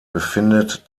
befindet